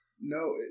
No